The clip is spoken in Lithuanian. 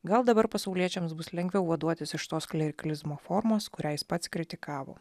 gal dabar pasauliečiams bus lengviau vaduotis iš tos klerikalizmo formos kurią jis pats kritikavo